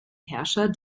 herrscher